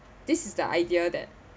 this is the idea that